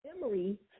memory